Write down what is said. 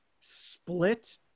split